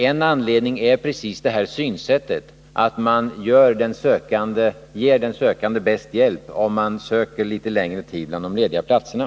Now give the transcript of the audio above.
En anledning är just synsättet att man ger den sökande bättre hjälp, om man söker litet längre tid bland de lediga platserna.